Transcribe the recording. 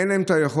אין להם את היכולת.